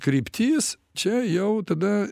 kryptis čia jau tada